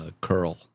curl